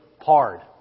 hard